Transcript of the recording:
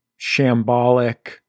shambolic